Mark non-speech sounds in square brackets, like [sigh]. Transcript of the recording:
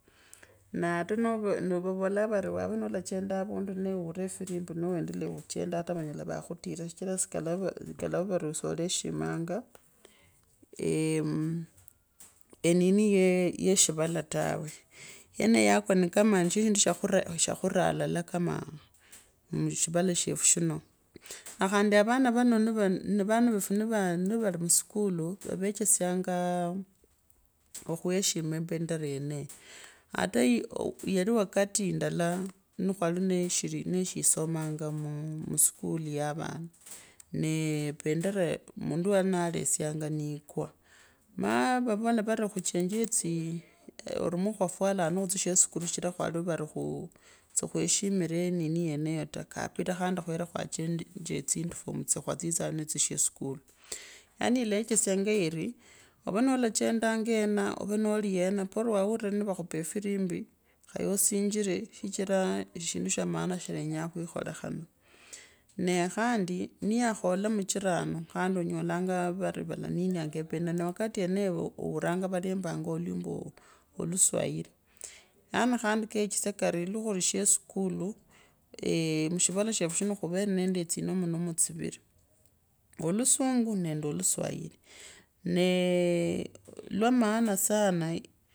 Naata nova vavolanga vari wava nolachendanga havundu nee uure efirimbi nee wendelee khuchenda ata vanyela vakhutita shichira sikalava, sikalava vari oleshimanya [hesitation] muh enini yee shivala tawe yoneyo yakwi kama nishoshindusha khura alala kama mushivala shefu shino na khandi avano vano nivaa vanana refu nivaa mutiswakalu vave chesyengaa okhweshima bendera yeneyo. Ata yali wakati mdala nikhwari neeshira neshisomanga muu skulu yavana nee bendera mundu wali nalyesianga niikwa maa vavola vari khuchenje tsii ori muoo kbwafwalanga nikhutsia sheskulu shichira vari khwali khuu si khweshimire nini yeneyo kabida khandi khwera kwa chenja zindifomu tsa khwatitsaa natsyo shesukulwa yaani leechasanga iri oveno lachandanga yena ovee noli yena boro wauri nivakhupa edirimbi khaye osinjire shichira shindu sha maana shilonyaa khwikholekhana nee khandi niyakhola muchinano khandi unyolangaa vari valaninianga ebendera wakati yeneyo omurange valembanga olwimbo oluswairi jaani khandi kaechitsa vari nikhuli she sukudu [hesitation] mushivala shefu shino khuve nende tsimomo movivo olusungu nende oluswairi nee lwa maana sana.